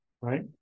right